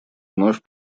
вновь